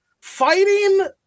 fighting